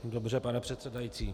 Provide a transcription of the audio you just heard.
Dobře, pane předsedající.